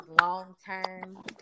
long-term